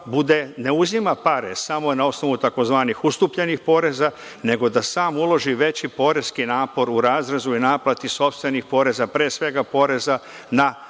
ne uzima pare samo na osnovu tzv. ustupljenih poreza, nego da sam uloži veći poreski napor u razrazu i naplati sopstvenih poreza, pre svega poreza na